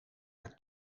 haar